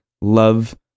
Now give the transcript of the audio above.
love